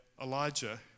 Elijah